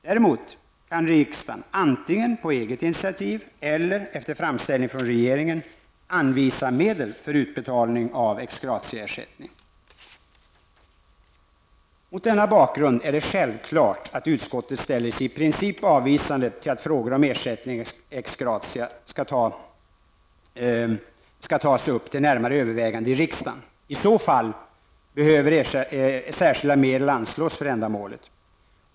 Däremot kan riksdagen antingen på eget initiativ eller efter framställning från regeringen anvisa medel för utbetalning av ex gratia-ersättning. Mot denna bakgrund är det självklart att utskottet ställer sig i princip avvisande till att frågor om ersättning ex gratia skall tas upp till närmare övervägande i riksdagen. I så fall behöver särskilda medel anslås för ändamålet.